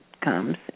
comes